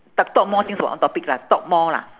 but talk more things about one topic lah talk more lah